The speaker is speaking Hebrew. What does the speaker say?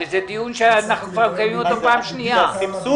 הרי זה דיון שאנחנו כבר מקיימים אותו פעם שנייה - התקציב?